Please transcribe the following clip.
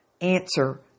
answer